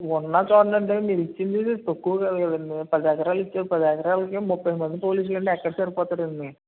ఉన్న చూడనండి మీరు ఇచ్చింది తక్కువ కాదు కదండీ పది ఎకరాలు ఇస్తే పది ఎకరాలకి ముప్పై మంది పోలీసులు అయితే ఎక్కడ సరిపోతారండి